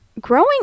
growing